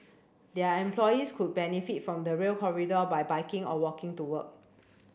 their employees could benefit from the Rail Corridor by biking or walking to work